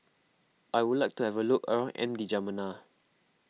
I would like to have a look around N'Djamena